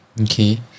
Okay